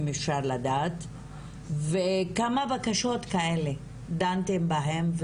אם אפשר לדעת ובכמה בקשות כאלה דנתם בהם?